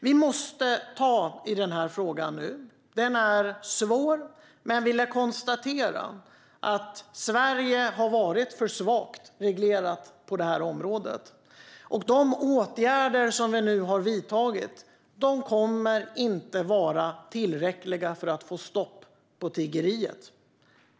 Vi måste ta tag i den här frågan nu. Den är svår, men vi lär konstatera att Sverige har varit för svagt reglerat på det här området. De åtgärder som vi nu har vidtagit kommer inte att vara tillräckliga för att få stopp på tiggeriet.